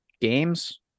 games